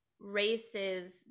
races